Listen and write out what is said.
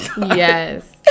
Yes